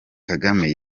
kagame